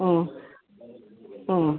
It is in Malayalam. മ്മ് മ്മ്